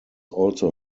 also